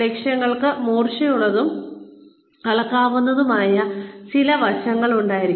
ലക്ഷ്യങ്ങൾക്ക് മൂർച്ചയുള്ളതും അളക്കാവുന്നതുമായ ചില വശങ്ങൾ ഉണ്ടായിരിക്കണം